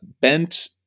bent